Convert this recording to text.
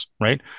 right